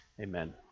Amen